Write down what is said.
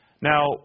Now